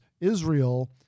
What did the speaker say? Israel